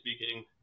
speaking